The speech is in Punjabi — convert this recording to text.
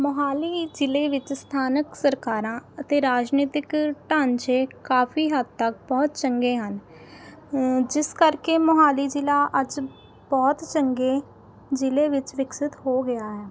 ਮੋਹਾਲੀ ਜ਼ਿਲ੍ਹੇ ਵਿੱਚ ਸਥਾਨਕ ਸਰਕਾਰਾਂ ਅਤੇ ਰਾਜਨੀਤਿਕ ਢਾਂਚੇ ਕਾਫੀ ਹੱਦ ਤੱਕ ਬਹੁਤ ਚੰਗੇ ਹਨ ਜਿਸ ਕਰਕੇ ਮੋਹਾਲੀ ਜ਼ਿਲ੍ਹਾ ਅੱਜ ਬਹੁਤ ਚੰਗੇ ਜ਼ਿਲ੍ਹੇ ਵਿੱਚ ਵਿਕਸਿਤ ਹੋ ਗਿਆ ਹੈ